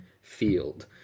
field